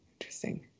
Interesting